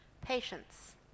patience